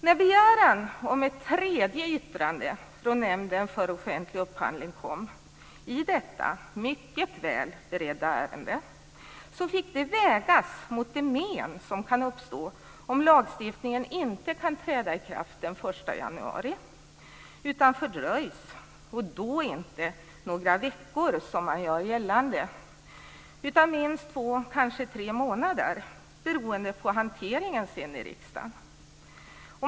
När begäran om ett tredje yttrande från Nämnden för offentlig upphandling kom i detta mycket väl beredda ärende, fick det vägas mot de men som kan uppstå om lagstiftningen inte kan träda i kraft den 1 januari utan fördröjs, och då inte några veckor som man gör gällande utan minst två och kanske tre månader, beroende på hanteringen i riksdagen.